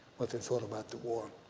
what they thought about the war.